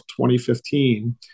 2015